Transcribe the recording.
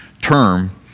term